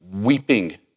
weeping